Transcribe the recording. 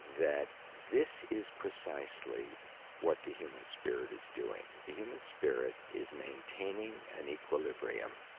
that this is precisely what the human spirit is doing. the human spirit is maintaining an equilibrium,